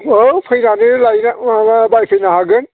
औ फैनानै लायनो माबा बायफैनो हागोन